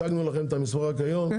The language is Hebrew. הצענו לכם את המסמך כיום,